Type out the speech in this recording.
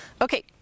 Okay